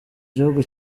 gihugu